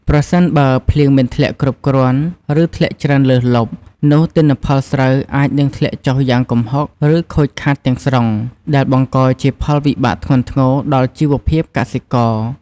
ប្រសិនបើភ្លៀងមិនធ្លាក់គ្រប់គ្រាន់ ឬធ្លាក់ច្រើនលើសលប់ នោះទិន្នផលស្រូវអាចនឹងធ្លាក់ចុះយ៉ាងគំហុក ឬខូចខាតទាំងស្រុង ដែលបង្កជាផលវិបាកធ្ងន់ធ្ងរដល់ជីវភាពកសិករ។